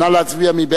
נא להצביע.